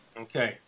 Okay